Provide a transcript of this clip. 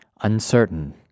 Uncertain